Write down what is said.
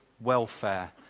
welfare